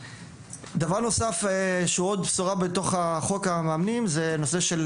דבר נוסף שהוא עוד בשורה בתוך חוק המאמנים זה נושא של